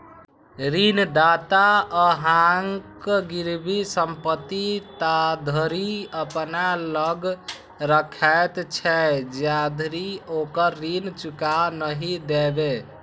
ऋणदाता अहांक गिरवी संपत्ति ताधरि अपना लग राखैत छै, जाधरि ओकर ऋण चुका नहि देबै